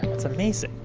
that's amazing!